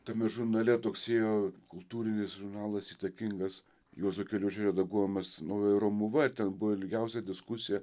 tame žurnale toks ėjo kultūrinis žurnalas įtakingas juozo keliuočio redaguojamas naujoji romuva ten buvo ilgiausia diskusija